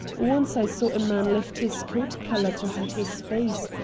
once i saw a man lift his coat collar to hide his face.